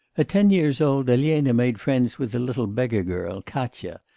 ah ten years old elena made friends with a little beggar-girl, katya,